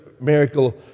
miracle